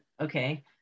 okay